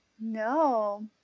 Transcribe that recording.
No